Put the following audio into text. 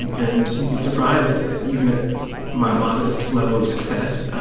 and and you'd be surprised, even at my modest level of success, ah